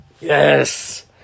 Yes